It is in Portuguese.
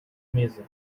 mesa